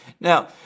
Now